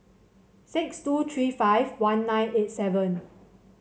six two three five one nine eight seven